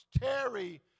Terry